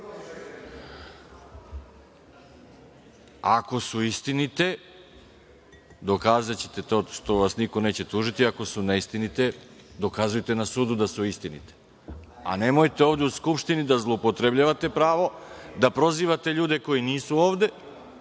Ako su istinite, dokazaćete tako što vas niko neće tužiti, ako su neistinite, dokazujte na sudu da su istinite, a nemojte ovde u skupštini da zloupotrebljavate pravo, da prozivate ljude koji nisu ovde,